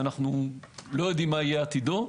אנו לא יודעים מה יהיה עתידו.